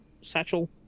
satchel